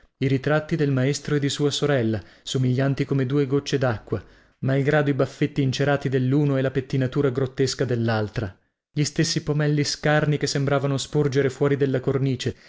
i ritratti del maestro e di sua sorella somiglianti come due gocce dacqua malgrado i baffetti incerati delluno e la pettinatura grottesca dellaltra gli stessi pomelli scarni che sembravano sporgere fuori della cornice